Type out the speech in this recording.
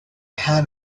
had